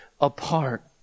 apart